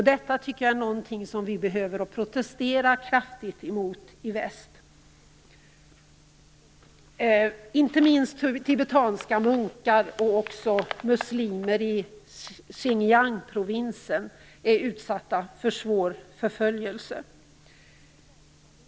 Detta tycker jag är någonting som vi behöver protestera kraftigt mot i väst. Inte minst tibetanska munkar och muslimer i Xinjiangprovinsen är utsatta för svår förföljelse.